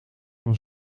van